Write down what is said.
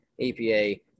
EPA